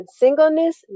singleness